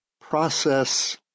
process